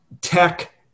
tech